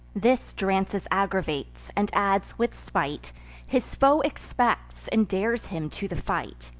this drances aggravates and adds, with spite his foe expects, and dares him to the fight.